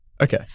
Okay